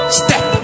step